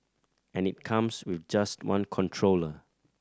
and it comes with just one controller